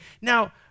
Now